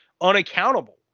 unaccountable